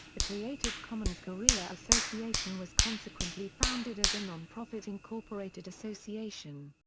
the creative commons korea association was consequently founded as a non-profit incorporated association.